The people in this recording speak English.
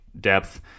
depth